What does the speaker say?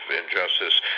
injustice